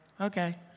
okay